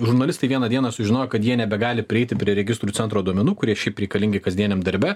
žurnalistai vieną dieną sužinojo kad jie nebegali prieiti prie registrų centro duomenų kurie šiaip reikalingi kasdieniam darbe